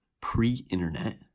pre-internet